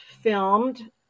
filmed